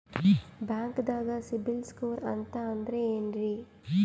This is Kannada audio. ಬ್ಯಾಂಕ್ದಾಗ ಸಿಬಿಲ್ ಸ್ಕೋರ್ ಅಂತ ಅಂದ್ರೆ ಏನ್ರೀ?